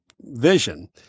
vision